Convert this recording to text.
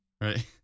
right